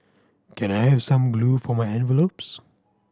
can I have some glue for my envelopes